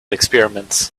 experiments